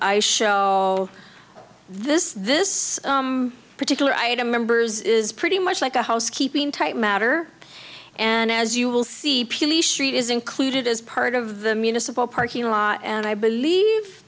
t this this particular item members is pretty much like a house keeping tight matter and as you will see street is included as part of the municipal parking lot and i believe